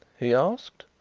he asked.